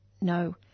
no